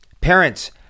parents